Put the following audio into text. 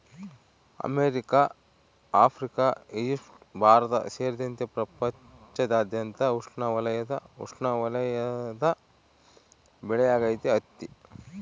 America Africa Egypt Bharat ಸೇರಿದಂತೆ ಪ್ರಪಂಚದಾದ್ಯಂತ ಉಷ್ಣವಲಯದ ಉಪೋಷ್ಣವಲಯದ ಬೆಳೆಯಾಗೈತಿ ಹತ್ತಿ